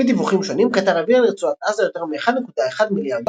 לפי דיווחים שונים קטר העבירה לרצועת עזה יותר מ-1.1 מיליארד